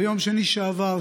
ביום שני שעבר,